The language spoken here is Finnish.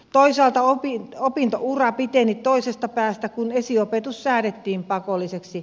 toisaalta opintoura piteni toisesta päästä kun esiopetus säädettiin pakolliseksi